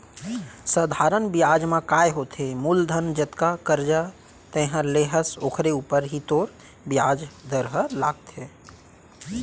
सधारन बियाज म काय होथे मूलधन जतका करजा तैंहर ले हस ओकरे ऊपर ही तोर बियाज दर ह लागथे